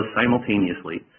simultaneously